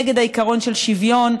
נגד העיקרון של שוויון,